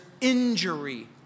injury